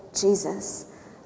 Jesus